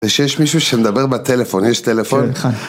זה שיש מישהו שמדבר בטלפון, יש טלפון?